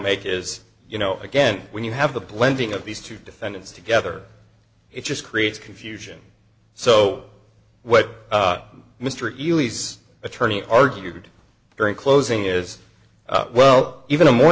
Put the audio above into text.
make is you know again when you have the blending of these two defendants together it just creates confusion so what mr ease attorney argued during closing is well even a more